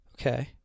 Okay